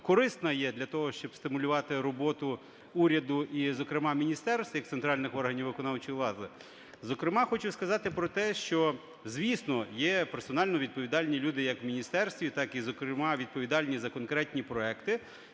корисна є для того, щоб стимулювати роботу уряду і зокрема міністерств як центральних органів виконавчої влади. Зокрема, хочу сказати про те, що, звісно, є персонально відповідальні люди як в міністерстві, так і зокрема відповідальні за конкретні проекти.